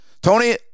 Tony